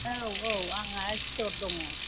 औ औ आंहा स्ट'र दङ